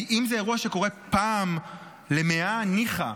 אם זה אירוע שקורה פעם למאה, ניחא,